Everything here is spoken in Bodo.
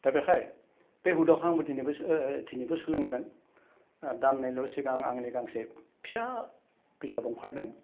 दा बेखाय बे हुदाखौ आंबो दिनैबो दिनैबो सोलोंदों दान्नैल' सिगां आंनि गांसे फिसा बिजाब ओंखारदों